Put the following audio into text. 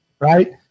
right